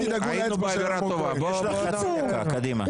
היינו באווירה טובה, בואו --- קדימה.